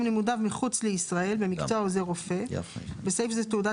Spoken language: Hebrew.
לימודיו מחוץ לישראל במקצוע עוזר רופא (בסעיף זה תעודת